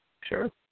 Sure